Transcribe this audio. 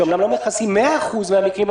שאמנם לא מכיסים 100% מהמקרים,